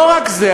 לא רק זה,